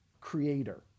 Creator